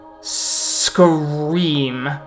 scream